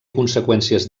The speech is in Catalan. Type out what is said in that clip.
conseqüències